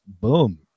boom